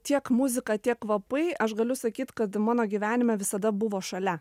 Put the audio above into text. tiek muzika tiek kvapai aš galiu sakyt kad mano gyvenime visada buvo šalia